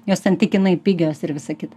jos santykinai pigios ir visa kita